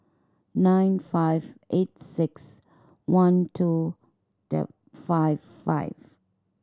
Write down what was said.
nine five eight six one two five five